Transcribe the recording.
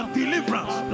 deliverance